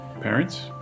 parents